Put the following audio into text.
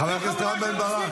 אני משמיץ את אלו שפוגעים בצה"ל.